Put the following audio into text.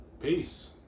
peace